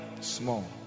Small